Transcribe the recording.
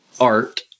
art